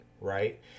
right